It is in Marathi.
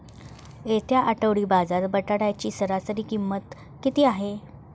येत्या आठवडी बाजारात बटाट्याची सरासरी किंमत किती आहे?